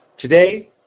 today